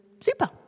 super